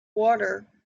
water